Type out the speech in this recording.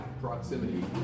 proximity